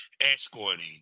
escorting